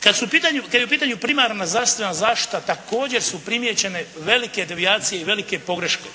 kad je u pitanju primarna zdravstvena zaštita također su primijećene velike devijacije i velike pogreške.